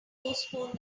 postpone